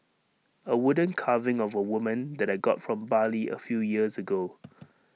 A wooden carving of A woman that I got from Bali A few years ago